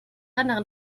anderen